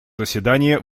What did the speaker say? заседание